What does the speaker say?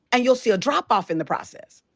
and you'll see a drop-off in the process.